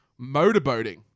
Motorboating